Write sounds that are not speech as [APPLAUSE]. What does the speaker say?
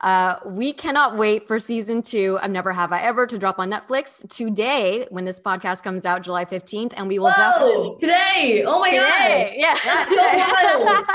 Uh, we cannot wait for season two of Never Have I Ever to drop on Netflix today when this podcast comes out July 15th, and we will Whoa! definitely- Today! Oh my God! Today! Yeah. [LAUGHS] That's so wild!